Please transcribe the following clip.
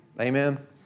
Amen